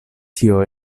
tio